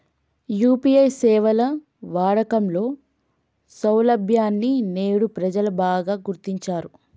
UPI సేవల వాడకంలో సౌలభ్యాన్ని నేడు ప్రజలు బాగా గుర్తించారు